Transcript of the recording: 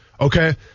okay